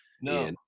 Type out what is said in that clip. No